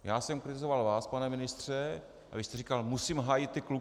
Já jsem kritizoval vás, pane ministře, a vy jste říkal: musím hájit ty kluky.